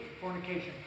fornication